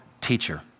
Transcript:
teacher